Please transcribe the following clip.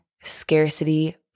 scarcity